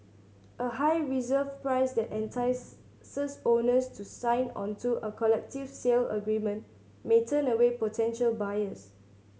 a high reserve price that entice owners to sign onto a collective sale agreement may turn away potential buyers